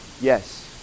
Yes